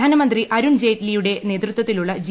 ധനമന്ത്രി അരുൺജയ്റ്റ്ലിയുടെ നേതൃത്വത്തിലുള്ള ജി